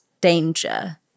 danger